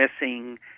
missing